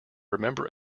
remember